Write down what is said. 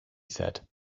said